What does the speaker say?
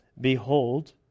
Behold